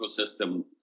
ecosystem